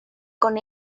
con